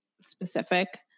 specific